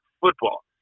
football